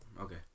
Okay